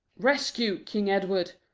rescue, king edward!